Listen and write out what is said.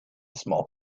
small